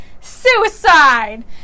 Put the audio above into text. suicide